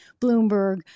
Bloomberg